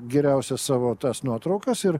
geriausias savo tas nuotraukas ir